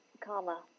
karma